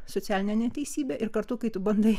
socialine neteisybe ir kartu kai tu bandai